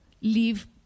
leave